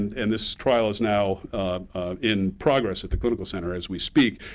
and this trial is now in progress at the clinical center as we speak.